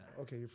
okay